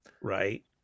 Right